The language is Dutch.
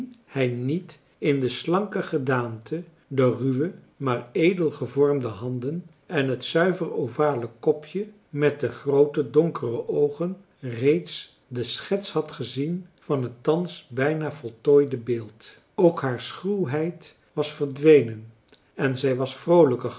hij niet in de slanke gedaante